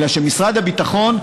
אלא שמשרד הביטחון,